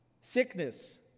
sickness